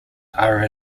are